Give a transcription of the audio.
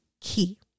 key